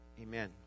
amen